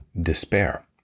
despair